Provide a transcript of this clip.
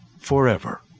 forever